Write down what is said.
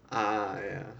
ah yeah